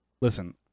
listen